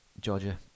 Georgia